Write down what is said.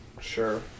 Sure